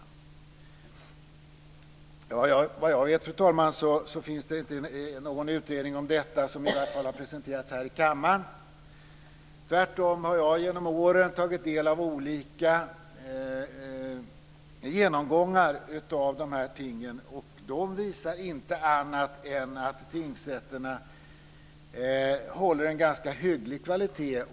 Såvitt jag vet, fru talman, så finns det inte någon utredning om detta, åtminstone inte någon som har presenterats här i kammaren. Tvärtom har jag genom åren tagit del av olika genomgångar av dessa ting. De visar inte annat än att tingsrätterna håller en ganska hygglig kvalitet.